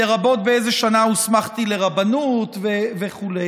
לרבות באיזו שנה הוסמכתי לרבנות וכו'.